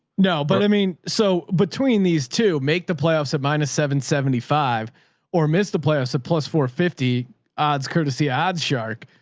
no, but i mean, so between these two, make the playoffs at minus seven seventy five or miss the playoffs at plus four fifty it's courtesy adds shark.